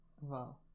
Wow